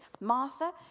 Martha